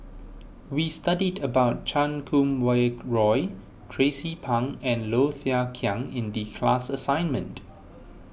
we studied about Chan Kum Wah Roy Tracie Pang and Low Thia Khiang in the class assignment